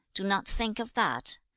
do not think of that.